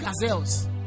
gazelles